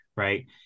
Right